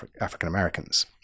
African-Americans